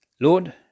Lord